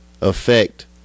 affect